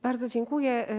Bardzo dziękuję.